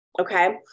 Okay